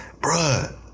bruh